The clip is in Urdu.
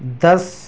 دس